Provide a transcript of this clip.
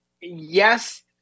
Yes